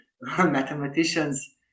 mathematicians